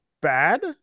bad